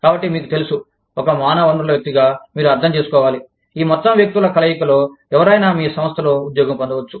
కాబట్టి మీకు తెలుసు ఒక మానవ వనరుల వ్యక్తిగా మీరు అర్థం చేసుకోవాలి ఈ మొత్తం వ్యక్తుల కలయికలో ఎవరైనా మీ సంస్థలో ఉద్యోగం పొందవచ్చు